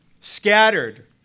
scattered